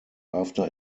after